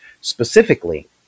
specifically